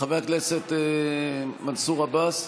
חבר הכנסת מנסור עבאס?